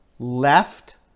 Left